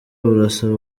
burasaba